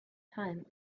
time